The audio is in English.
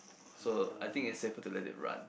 so I think it's safer to let it run